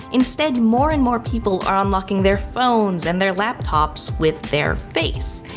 instead, more and more people are unlocking their phones and their laptops with their face.